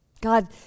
God